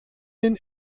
den